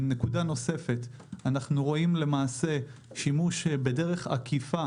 בנוסף, אנחנו רואים למעשה שימוש בדרך עקיפה